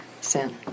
sin